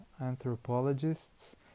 anthropologists